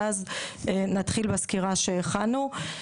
ואז נתחיל בסקירה שהכנו.